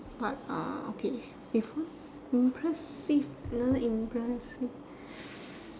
but uh okay if what impressive another impressive